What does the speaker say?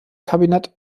kabinett